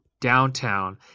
downtown